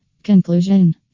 Conclusion